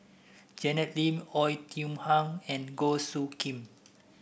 Janet Lim Oei Tiong Ham and Goh Soo Khim